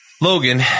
Logan